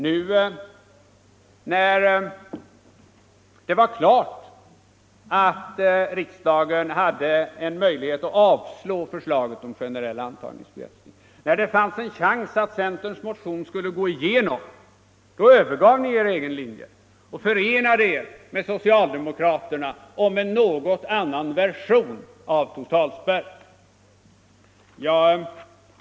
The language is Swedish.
När det var klart att riksdagen hade en möjlighet att avslå det förslaget, när det fanns en chans att centerns motion skulle gå igenom, då övergav ni er egen linje och förenade er med socialdemokraterna om en något annan version av totalspärr.